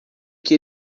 que